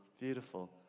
Beautiful